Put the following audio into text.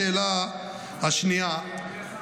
אשר לשאלה השנייה --- אדוני השר,